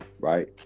right